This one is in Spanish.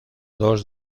dos